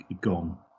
gone